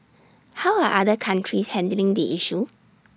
how are other countries handling the issue